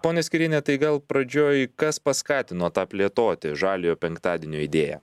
ponia skyriene tai gal pradžioj kas paskatino tą plėtoti žaliojo penktadienio idėją